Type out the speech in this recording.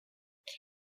there